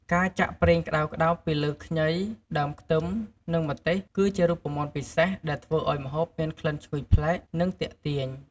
ការចាក់ប្រេងក្តៅៗពីលើខ្ញី ដើមខ្ទឹម និងម្ទេស គឺជារូបមន្តពិសេសដែលធ្វើឲ្យម្ហូបមានក្លិនឈ្ងុយប្លែក និងទាក់ទាញ។